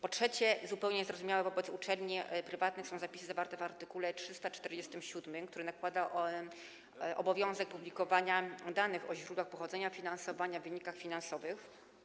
Po trzecie, zupełnie niezrozumiałe w przypadku uczelni prywatnych są zapisy zawarte w art. 347, które nakładają obowiązek publikowania danych o źródłach pochodzenia finansowania, wynikach finansowych.